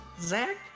Zach